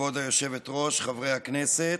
כבוד היושבת-ראש, חברי הכנסת,